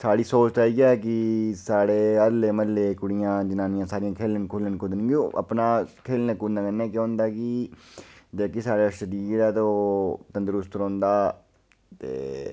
साढ़ी सोच ते इ'यै ऐ कि साढ़े हल्लेे म्हल्ले कुड़ियां जनानियां सारियां खेढन ते अपना खेढने कुद्दने कन्नै केह् होंदा कि ओह् तंदतरुस्त रौंह्दा